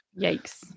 yikes